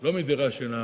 שלא מדירה שינה